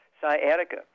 sciatica